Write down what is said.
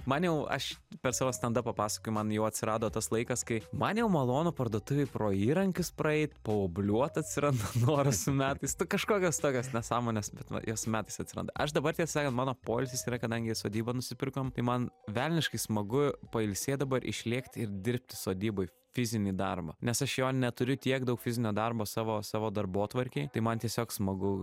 man jau aš per savo stendapą pasakojau man jau atsirado tas laikas kai man jau malonu parduotuvėj pro įrankius praeit paobliuot atsiranda noras su metais kažkokios tokios nesąmonės bet va jau su metais atsiranda aš dabar tiesą sakant mano poilsis yra kadangi sodybą nusipirkom tai man velniškai smagu pailsėt dabar išlėkti ir dirbti sodyboj fizinį darbą nes aš jo neturiu tiek daug fizinio darbo savo savo darbotvarkėj tai man tiesiog smagu